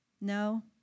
No